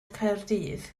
caerdydd